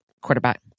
quarterback